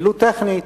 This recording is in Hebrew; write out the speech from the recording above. ולו טכנית,